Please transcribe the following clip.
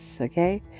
Okay